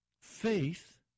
faith